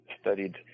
studied